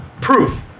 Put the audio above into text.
Proof